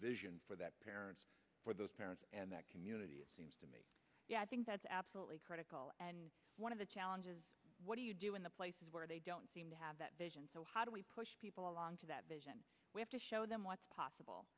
vision for that parents for those parents and that community i think that's absolutely critical and one of the challenges what do you do in the places where they don't seem to have that vision so how do we push people along to that we have to show them what's possible